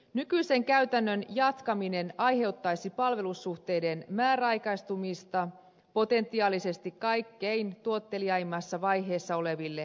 nykyisen käytännön jatkaminen aiheuttaisi palvelussuhteiden määräaikaistumista potentiaalisesti kaikkein tuotteliaimmassa vaiheessa oleville huippututkijoillemme